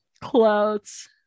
clothes